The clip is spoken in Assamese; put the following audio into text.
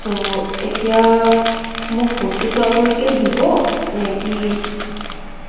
চ' এতিয়া মোক বস্তুটো আপোনালোকে দিব নে কি